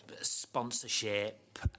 sponsorship